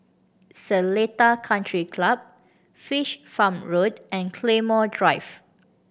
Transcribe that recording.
Seletar Country Club Fish Farm Road and Claymore Drive